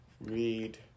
read